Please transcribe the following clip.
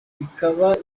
ikaba